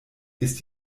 ist